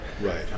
Right